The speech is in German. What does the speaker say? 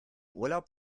urlaub